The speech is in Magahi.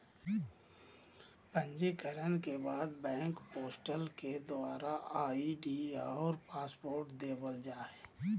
पंजीकरण के बाद बैंक पोर्टल के द्वारा आई.डी और पासवर्ड देवल जा हय